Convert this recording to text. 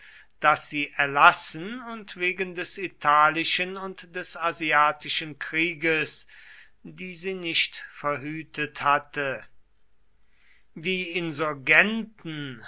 das sie erlassen und wegen des italischen und des asiatischen krieges die sie nicht verhütet hatte die